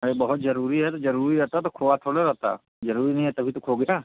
अरे बहुत ज़रूरी है तो ज़रूरी रहेता तो खोया थोड़ी रहता ज़रूरी नहीं है तभी तो खो गया